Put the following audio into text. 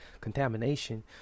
contamination